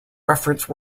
reference